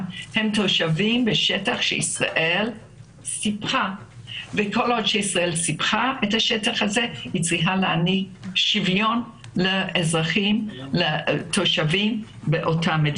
הם בשטח שישראל סיפחה ולכן היא צריכה להעניק שוויון לתושבים שם.